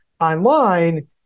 online